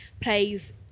plays